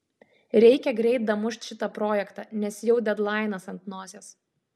reikia greit damušt šitą projektą nes jau dedlainas ant nosies